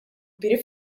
kbir